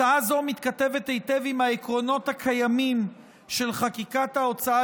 הצעה זו מתכתבת היטב עם העקרונות הקיימים של חקיקת ההוצאה